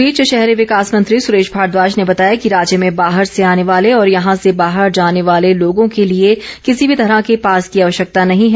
इस बीच शहरी विकास मंत्री सुरेश भारद्वाज ने बताया कि राज्य में बाहर से आने वाले और यहां से बाहर जाने वाले लोगों के लिए किसी भी तरह के पास की आवश्यकता नहीं है